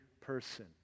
person